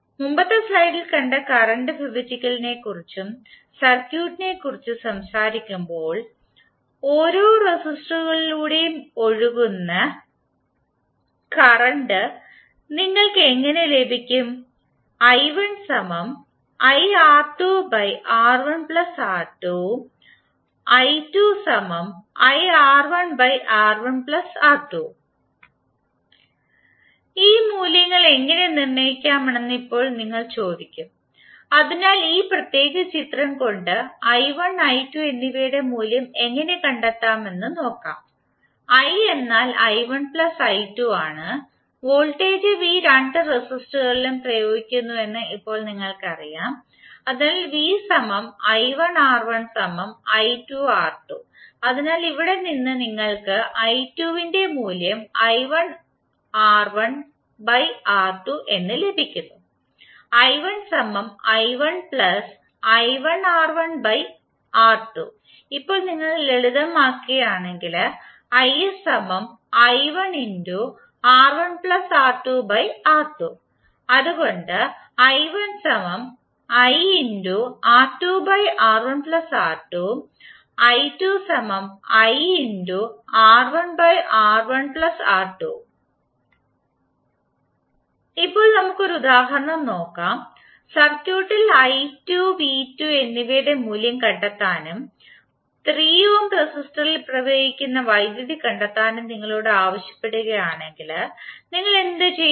മുമ്പത്തെ സ്ലൈഡിൽ കണ്ട കറണ്ട് വിഭജിക്കൽനെക്കുറിച്ചും സർക്യൂട്ടിനെക്കുറിച്ചും സംസാരിക്കുമ്പോൾ ഓരോ റെസിസ്റ്ററുകളിലൂടെ ഒഴുകുന്ന കറന്റ് നിങ്ങൾക്ക് ഇങ്ങനെ ലഭിക്കും ഈ മൂല്യങ്ങൾ എങ്ങനെ നിർണ്ണയിക്കാമെന്ന് ഇപ്പോൾ നിങ്ങൾ ചോദിക്കും അതിനാൽ ഈ പ്രത്യേക ചിത്രം കൊണ്ട് i1 i2 എന്നിവയുടെ മൂല്യം എങ്ങനെ കണ്ടെത്താമെന്ന് നോക്കാം i എന്നാൽ i1 പ്ലസ് i2 ആണ് വോൾട്ടേജ് v രണ്ട് റെസിസ്റ്ററുകളിലും പ്രയോഗിക്കുന്നുവെന്ന് ഇപ്പോൾ നിങ്ങൾക്കറിയാം അതിനാൽ അതിനാൽ ഇവിടെ നിന്ന് നിങ്ങൾക്ക് i2 ന്റെ മൂല്യം എന്ന് ലഭിക്കുന്നു ഇപ്പോൾ നിങ്ങൾ ലളിതമാക്കുകയാണെങ്കിൽ അതുകൊണ്ടു ഇപ്പോൾ നമുക്ക് ഒരു ഉദാഹരണം നോക്കാം സർക്യൂട്ടിൽ i2 v2 എന്നിവയുടെ മൂല്യം കണ്ടെത്താനും 3 ഓം റെസിസ്റ്ററിൽ പ്രവഹിക്കുന്ന വൈദ്യുതി കണ്ടെത്താനും നിങ്ങളോട് ആവശ്യപ്പെടുകയാണെങ്കിൽ നിങ്ങൾ എന്തു ചെയ്യും